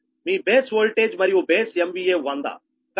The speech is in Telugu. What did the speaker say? మీ బేస్ వోల్టేజ్ మరియు బేస్ MVA 100